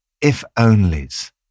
if-onlys